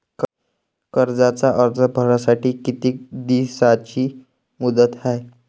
कर्जाचा अर्ज भरासाठी किती दिसाची मुदत हाय?